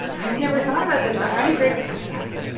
ah i've never thought about this, but how do you grade a podcast?